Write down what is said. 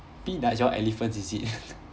peanuts you all elephants is it